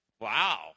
Wow